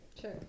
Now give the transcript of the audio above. Sure